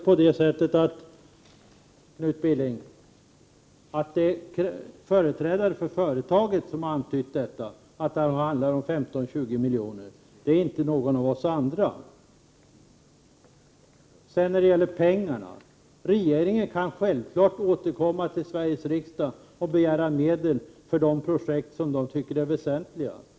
Siffran härrör faktiskt från företrädare för bolaget, Knut Billing, inte från någon av oss andra. När det gäller pengarna kan regeringen självfallet återkomma till Sveriges riksdag och begära medel för de projekt som regeringen tycker är väsentliga att genomföra.